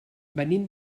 venim